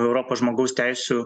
europos žmogaus teisių